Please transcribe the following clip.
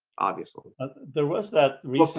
obviously there was that really